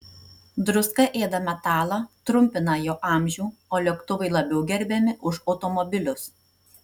druska ėda metalą trumpina jo amžių o lėktuvai labiau gerbiami už automobilius